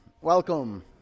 Welcome